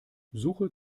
suche